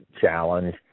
challenge